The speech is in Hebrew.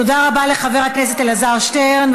תודה לחבר הכנסת אלעזר שטרן.